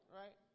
right